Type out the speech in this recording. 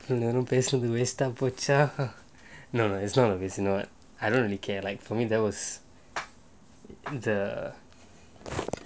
இது வரைக்கும் பேசுனது:ithu varaikkum pesunathu waste ah போச்சா:poccha no lah as long as it's not I don't really care like for me there was the